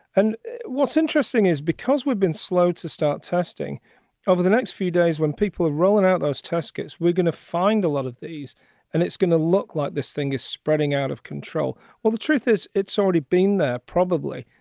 and what's interesting is because we've been slow to start testing over the next few days when people are rolling out those test kits, we're going to find a lot of these and it's going to look like this thing is spreading out of control. well, the truth is, it's already been there probably,